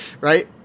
Right